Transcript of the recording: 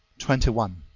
twenty one.